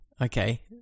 okay